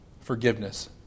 Forgiveness